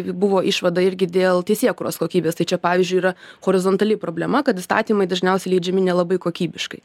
buvo išvada irgi dėl teisėkūros kokybės tai čia pavyzdžiui yra horizontali problema kad įstatymai dažniausiai leidžiami nelabai kokybiškai